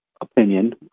opinion